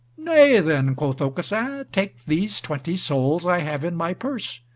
nay, then, quoth aucassin, take these twenty sols i have in my purse,